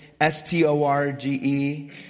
S-T-O-R-G-E